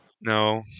no